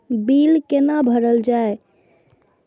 Bill कैना भरल जाय?